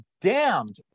damned